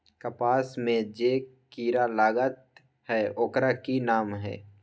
कपास में जे किरा लागत है ओकर कि नाम है?